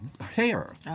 hair